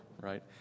right